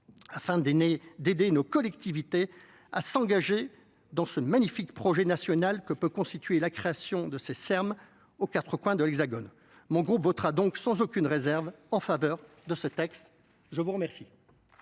afin d'aider nos collectivités à s'engager dans ce magnifique projet national que peut constituer la création de ces termes aux quatre coins de l'hexagone. Mon groupe votera donc sans aucune réserve en faveur de ce texte. Je vous remercie.